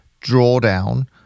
drawdown